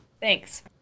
Thanks